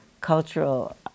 cultural